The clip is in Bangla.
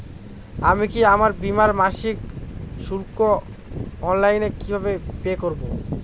আমি কি আমার বীমার মাসিক শুল্ক অনলাইনে কিভাবে পে করব?